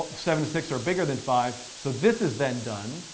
seven, six, are bigger than five, so this is then done.